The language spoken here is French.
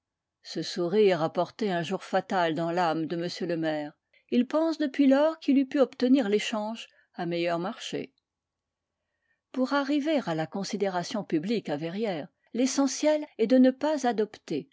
ce sourire a porté un jour fatal dans l'âme de m le maire il pense depuis lors qu'il eût pu obtenir l'échange à meilleur marché pour arriver à la considération publique à verrières l'essentiel est de ne pas adopter